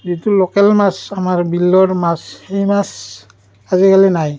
যিটো লোকেল মাছ আমাৰ বিলৰ মাছ সেই মাছ আজিকালি নাই